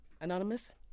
Anonymous